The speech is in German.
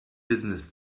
business